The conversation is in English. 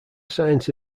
science